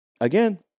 again